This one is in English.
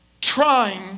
trying